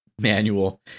manual